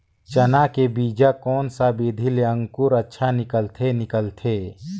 चाना के बीजा कोन सा विधि ले अंकुर अच्छा निकलथे निकलथे